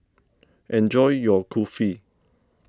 enjoy your Kulfi